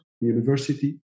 university